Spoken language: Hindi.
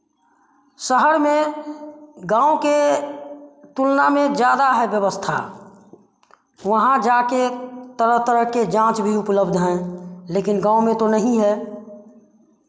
शहर में गाँव के तुलना में ज़्यादा है व्यवस्था वहाँ जाकर तरह तरह के जाँच भी उपलब्ध है लेकिन गाँव में तो नहीं है